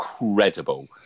incredible